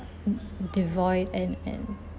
devoid and and